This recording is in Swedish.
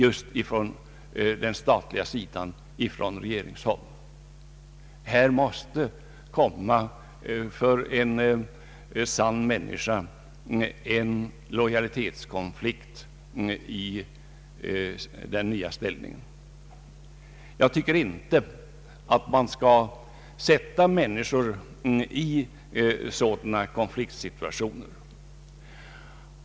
En sann människa i denna ställning måste komma i lojalitetskonflikt. Jag anser att man icke bör försätta människor i sådana situationer.